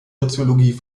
soziologie